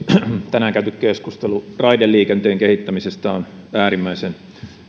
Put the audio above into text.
tänään käyty keskustelu raideliikenteen kehittämisestä on äärimmäisen